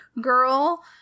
girl